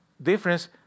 difference